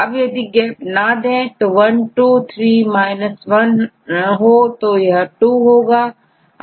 अब यदि गैप ना दें तो123 माइनस1 हो तो यह2 होगा